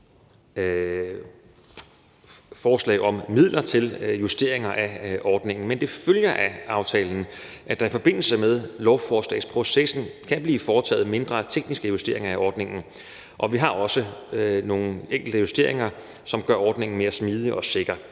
forslag om midler til justeringer af ordningen, men det følger af aftalen, at der i forbindelse med lovforslagsprocessen kan blive foretaget mindre tekniske justeringer af ordningen, og vi har også nogle enkelte justeringer, som gør ordningen mere smidig og sikker,